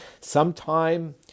Sometime